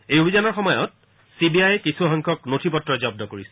এই অভিযানৰ সময়ত চি বি আইয়ে কিছুসংখ্যক নথি পত্ৰ জব্দ কৰিছে